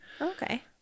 Okay